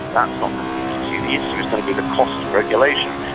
that's not going to be the issue. the issue is going to be the cost of regulation.